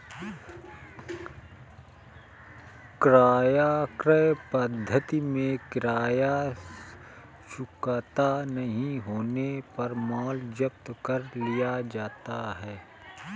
किराया क्रय पद्धति में किराया चुकता नहीं होने पर माल जब्त कर लिया जाता है